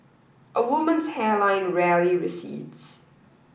a woman's hairline rarely recedes